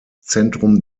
zentrum